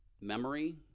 memory